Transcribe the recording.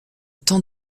temps